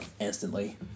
instantly